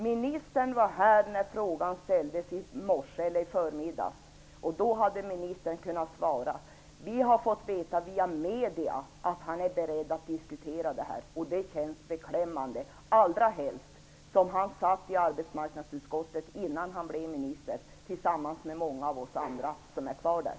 Ministern var här när frågan ställdes i förmiddags. Då hade ministern kunnat svara. Vi har genom medierna fått veta att han är beredd att diskutera detta. Det känns beklämmande, allra helst som han innan han blev minister satt i arbetsmarknadsutskottet tillsammans med många av oss andra som är kvar.